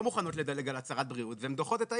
מוכנות לדלג על הצהרת בריאות והן דוחות את הילד,